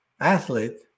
athlete